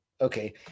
okay